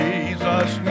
Jesus